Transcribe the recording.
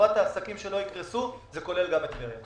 לטובת העסקים שלא יקרסו וזה כולל גם את טבריה.